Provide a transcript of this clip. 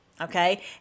Okay